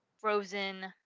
frozen